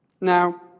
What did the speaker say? Now